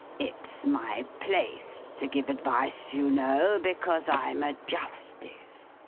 it's my place to give advice, you know, because i'm a justice.